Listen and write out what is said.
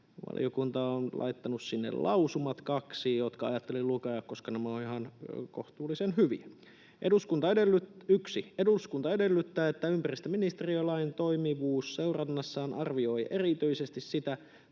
valiokunta on laittanut sinne kaksi lausumaa, jotka ajattelin lukea, koska nämä ovat ihan kohtuullisen hyviä. ”Eduskunta edellyttää, että ympäristöministeriö lain toimivuusseurannassaan arvioi erityisesti sitä,